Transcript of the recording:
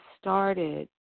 started